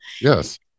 Yes